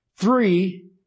Three